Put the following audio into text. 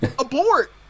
Abort